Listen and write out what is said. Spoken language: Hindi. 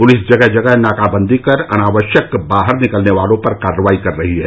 पुलिस जगह जगह नाकाबंदी कर अनावश्यक बाहर निकलने वालों पर कार्रवाई कर रही है